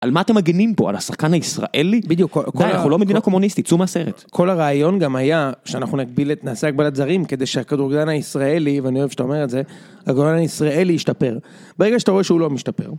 על מה אתם מגנים פה, על השחקן הישראלי? בדיוק, די, אנחנו לא מדינה קומוניסטית, צאו מהסרט. כל הרעיון גם היה שאנחנו נגביל את נעשה הגבלת זרים כדי שהכדורגלן הישראלי, ואני אוהב שאתה אומר את זה, הכדורגלן הישראלי ישתפר. ברגע שאתה רואה שהוא לא משתפר.